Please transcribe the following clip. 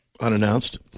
Unannounced